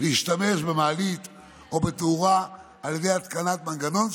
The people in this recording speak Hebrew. להשתמש במעלית או בתאורה על ידי התקנת מנגנון שבת.